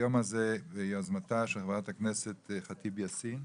היום הזה ביוזמתה של חברת הכנסת ח'טיב יאסין,